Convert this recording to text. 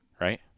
right